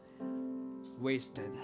wasted